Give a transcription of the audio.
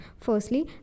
Firstly